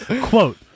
Quote